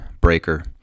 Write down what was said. Breaker